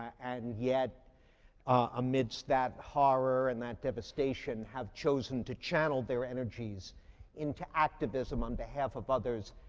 and yet amidst that horror and that devastation have chosen to channel their energies into activism on behalf of others.